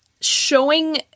showing